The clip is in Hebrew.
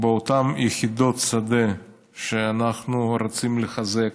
באותן יחידות שדה שאנחנו רוצים לחזק,